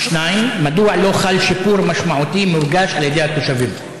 2. מדוע לא חל שיפור משמעותי המורגש על ידי התושבים?